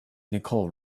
nicole